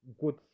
good